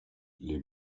les